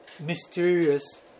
mysterious